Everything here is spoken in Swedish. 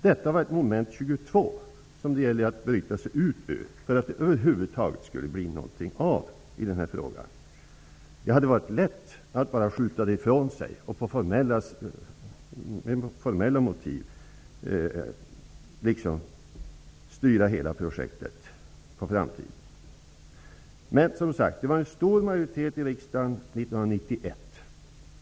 Detta var ett moment 22 som det gällde att bryta sig ut ur för att det över huvud taget skulle hända något i den här frågan. Det hade varit lätt att bara skjuta den ifrån sig och med formella motiv skjuta hela projektet på framtiden. Det var som sagt en stor majoritet i riksdagen 1991.